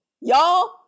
y'all